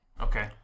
Okay